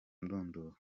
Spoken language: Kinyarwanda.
ndunduro